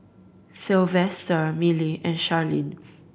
Sylvester Milly and Charline